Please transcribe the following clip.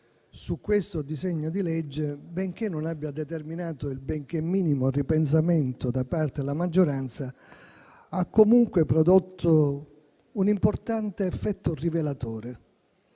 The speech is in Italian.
su questo disegno di legge, pur non avendo determinato il benché minimo ripensamento da parte della maggioranza, ha comunque prodotto un importante effetto rivelatore.